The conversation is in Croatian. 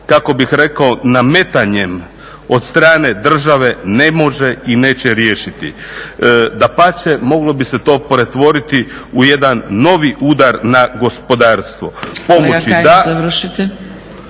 kako bih rekao nametanjem od strane države ne može i neće riješiti. Dapače moglo bi se to pretvoriti u jedan novi udar na gospodarstvo.